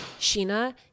Sheena